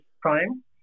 prime